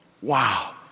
Wow